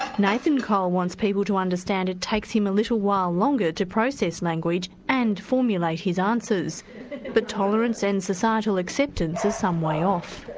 nathan cole wants people to understand that it takes him a little while longer to process language and formulate his answers but tolerance and societal acceptance are some way off.